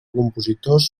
compositors